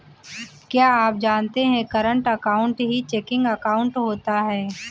क्या आप जानते है करंट अकाउंट ही चेकिंग अकाउंट होता है